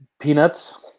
Peanuts